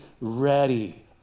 ready